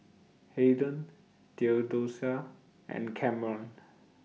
Hayden Theodosia and Camron